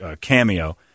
Cameo